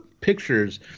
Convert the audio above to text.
pictures